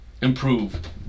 improve